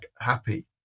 happy